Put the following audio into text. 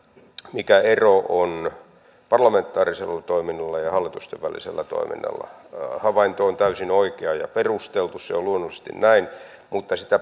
mikä ero on parlamentaarisella toiminnalla ja ja hallitusten välisellä toiminnalla havainto on täysin oikea ja perusteltu se on luonnollisesti näin mutta sitä